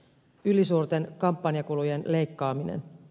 ylisuurten kampanjakulujen leikkaaminen